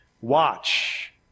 watch